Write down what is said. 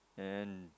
and